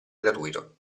gratuito